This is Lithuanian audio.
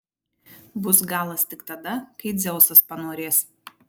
bus galas tik tada kai dzeusas panorės